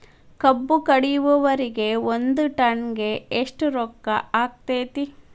ಕಬ್ಬು ಕಡಿಯುವರಿಗೆ ಒಂದ್ ಟನ್ ಗೆ ಎಷ್ಟ್ ರೊಕ್ಕ ಆಕ್ಕೆತಿ?